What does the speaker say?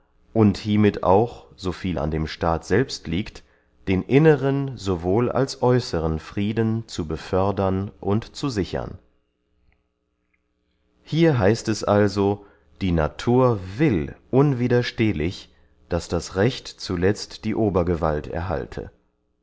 und hiemit auch soviel an dem staat selbst liegt den inneren sowohl als äußeren frieden zu befördern und zu sichern hier heißt es also die natur will unwiderstehlich daß das recht zuletzt die obergewalt erhalte